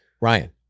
Ryan